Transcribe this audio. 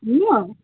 हो